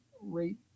rate